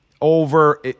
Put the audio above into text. over